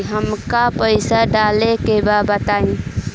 हमका पइसा डाले के बा बताई